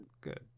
good